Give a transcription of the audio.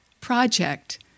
project